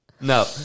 No